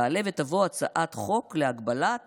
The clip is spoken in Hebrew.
תעלה ותבוא הצעת חוק להגבלת